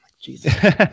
Jesus